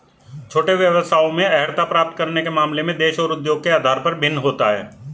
छोटे व्यवसायों में अर्हता प्राप्त करने के मामले में देश और उद्योग के आधार पर भिन्न होता है